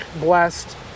Blessed